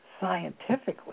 scientifically